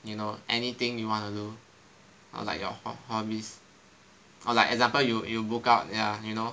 you know anything you want to do or like your hobbies for like example you book out ya you know